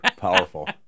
Powerful